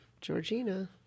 Georgina